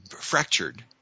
fractured